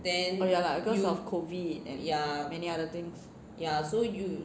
oh ya lah cause of COVID and many other things